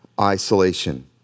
isolation